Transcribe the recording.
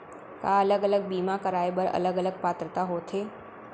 का अलग अलग बीमा कराय बर अलग अलग पात्रता होथे?